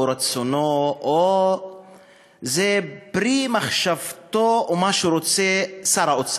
רצונו או זה פרי מחשבתו או מה שרוצה שר האוצר,